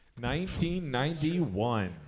1991